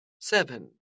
Seven